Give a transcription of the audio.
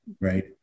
right